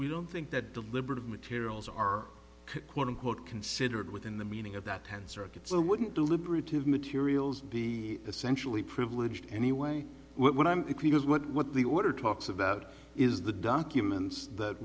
we don't think that deliberative materials are quote unquote considered within the meaning of that hand circuit so wouldn't deliberative materials be essentially privileged anyway when i'm the queen is what what the order talks about is the documents that